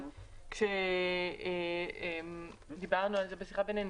אבל כשדיברנו על זה בשיחה בינינו,